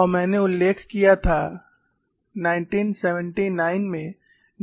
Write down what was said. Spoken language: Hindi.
और मैंने उल्लेख किया था 1979 में